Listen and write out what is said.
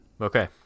Okay